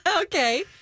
okay